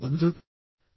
వద్దు